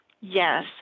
Yes